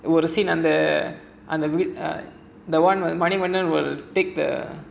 ஒரு:oru scene அந்த அந்த Manivannan andha manivannan will take the